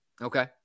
Okay